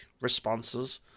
responses